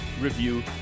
review